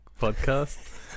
podcast